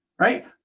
Right